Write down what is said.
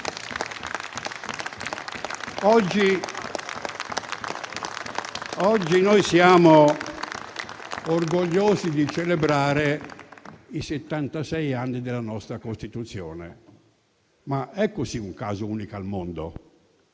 Oggi noi siamo orgogliosi di celebrare i settantasei anni della nostra Costituzione, ma ecco un caso unico al mondo: